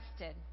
arrested